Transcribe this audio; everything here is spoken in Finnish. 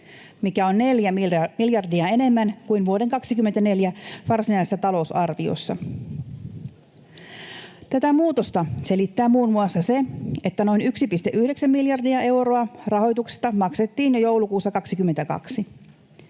mikä on 4 miljardia enemmän kuin vuoden 2024 varsinaisessa talousarviossa. Tätä muutosta selittää muun muassa se, että noin 1,9 miljardia euroa rahoituksesta maksettiin jo joulukuussa 2022.